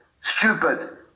stupid